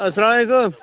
اَسلام علیکُم